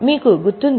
మీకు గుర్తుందా